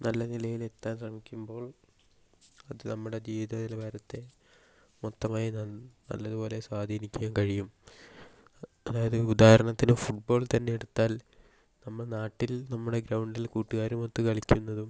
നല്ല നിലയിൽ എത്താൻ ശ്രമിക്കുമ്പോൾ അത് നമ്മുടെ ജീവിത നിലവാരത്തെ മൊത്തമായി നൻ നല്ലതുപോലെ സ്വാധീനിക്കാൻ കഴിയും അതായത് ഉദാഹരണത്തിന് ഫുട്ബോൾ തന്നെ എടുത്താൽ നമ്മൾ നാട്ടിൽ നമ്മുടെ ഗ്രൗണ്ടിൽ കൂട്ടുകാരുമൊത്ത് കളിക്കുന്നതും